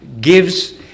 gives